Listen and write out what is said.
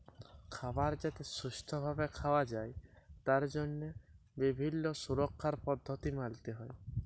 খাবার যাতে সুস্থ ভাবে খাওয়া যায় তার জন্হে বিভিল্য সুরক্ষার পদ্ধতি মালতে হ্যয়